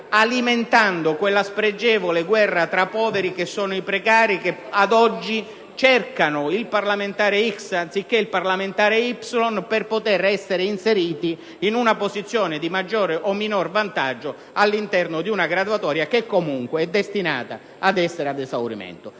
i precari una spregevole guerra tra poveri, che vedo oggi cercare il parlamentare X anziché il parlamentare Y per essere inseriti in posizione di maggiore o minore vantaggio all'interno di una graduatoria che, comunque, è destinata ad essere a esaurimento.